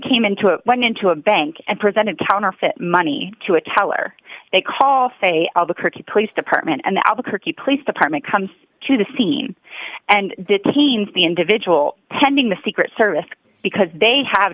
came into a run into a bank and presented counterfeit money to a teller they call say albuquerque police department and the albuquerque police department comes to the scene and detain the individual attending the secret service because they have